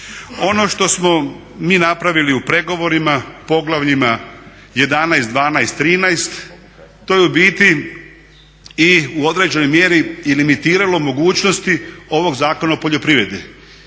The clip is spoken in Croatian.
Ono što smo mi napravili u pregovorima, poglavljima 11., 12., 13. to je u biti i u određenoj mjeri i limitiralo mogućnosti ovog Zakona o poljoprivredi.